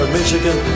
Michigan